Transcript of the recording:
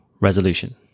resolution